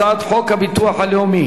הצעת חוק הביטוח הלאומי